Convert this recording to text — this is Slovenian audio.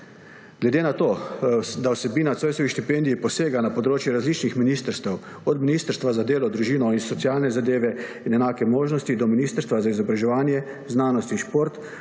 Glede na to, da vsebina Zoisovih štipendij posega na področja različnih ministrstev, od Ministrstva za delo, družino, socialne zadeve in enake možnosti do Ministrstva za izobraževanje, znanost in šport